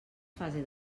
fase